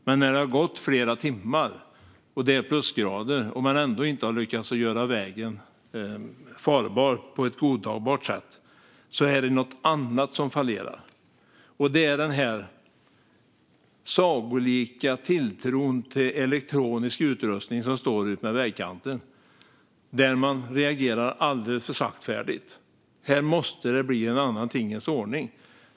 Men när det har gått flera timmar, det är plusgrader och man ändå inte har lyckats göra vägen farbar på ett godtagbart sätt är det något annat som fallerar, och det är denna sagolika tilltro till elektronisk utrustning som står utmed vägkanten och som reagerar alldeles för saktfärdigt. Här måste det bli en annan tingens ordning.